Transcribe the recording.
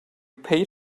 paid